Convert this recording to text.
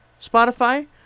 spotify